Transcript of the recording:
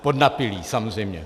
Podnapilí, samozřejmě.